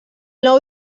nou